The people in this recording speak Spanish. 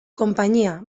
compañía